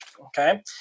okay